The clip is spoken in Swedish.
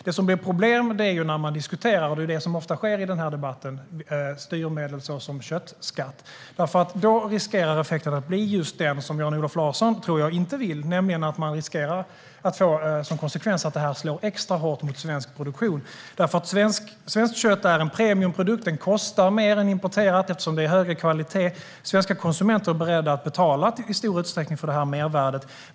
Det som blir problem är när man diskuterar, och som ofta sker i debatten, styrmedel såsom köttskatt. Då riskerar effekten att bli just den som jag tror att Jan-Olof Larsson inte vill. Man riskerar att det får som konsekvens att det slår extra hårt mot svensk produktion. Svenskt kött är en premiumprodukt. Det kostar mer än importerat eftersom det är högre kvalitet. Svenska konsumenter är i stor utsträckning beredda att betala för det mervärdet.